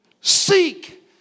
Seek